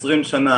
20 שנה,